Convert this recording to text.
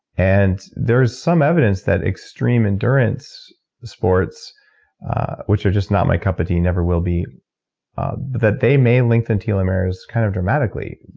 and there's some evidence that extreme endurance sports which are just not my cup of tea, never will be but that they may lengthen telomeres kind of dramatically.